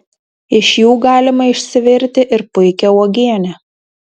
iš jų galima išsivirti ir puikią uogienę